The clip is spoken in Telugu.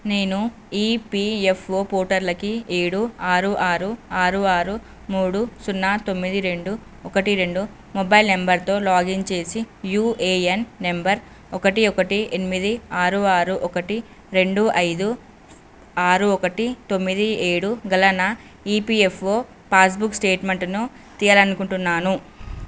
నేను ఈపిఎఫ్ఓ పోర్టర్లకి ఏడు ఆరు ఆరు ఆరు ఆరు మూడు సున్నా తొమ్మిది రెండు ఒకటి రెండు మొబైల్ నంబరుతో లాగిన్ చేసి యూఏఎన్ నంబర్ ఒకటి ఒకటి ఎనిమిది ఆరు ఆరు ఒకటి రెండు ఐదు ఆరు ఒకటి తొమ్మిది ఏడు గల నా ఈపిఎఫ్ఓ పాస్బుక్ స్టేట్మెంట్ట్ను తీయాలనుకుంటున్నాను